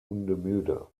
hundemüde